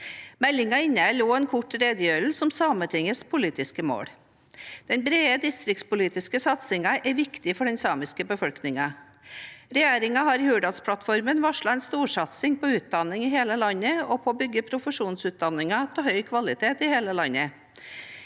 Meldingen inneholder også en kort redegjørelse om Sametingets politiske mål. Den brede distriktspolitiske satsingen er viktig for den samiske befolkningen. Regjeringen har i Hurdalsplattformen varslet en storsatsing på utdanning i hele landet og på å bygge profesjonsutdanninger av høy kvalitet i hele landet.